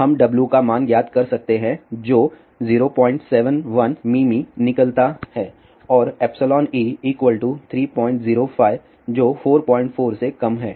हम W का मान ज्ञात कर सकते हैं जो 071 मिमी निकलता है और εe 305 जो 44 से कम है